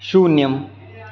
शून्यम्